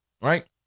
right